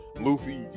Luffy